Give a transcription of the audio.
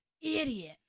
idiot